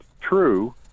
true